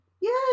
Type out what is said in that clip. Yes